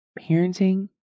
parenting